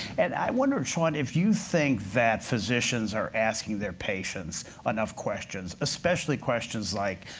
and i wonder, sean, if you think that physicians are asking their patients but enough questions, especially questions like,